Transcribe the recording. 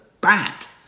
bat